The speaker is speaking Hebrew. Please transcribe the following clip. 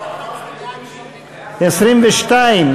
הסתייגות 22,